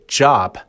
job